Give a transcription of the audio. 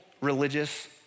religious